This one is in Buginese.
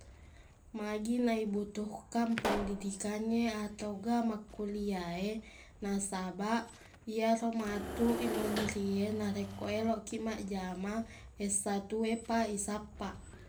Magina ibutuhkan pendidikangnge atauga makkulia e nasabaq iyaro matuq imunri e narekko eloqkiq maqjama s satuepa isappaq